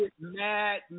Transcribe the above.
Mad